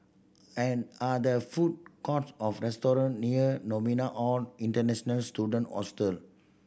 an are there food courts or restaurant near Novena Hall International Students Hostel